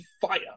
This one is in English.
Fire